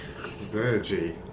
Virgie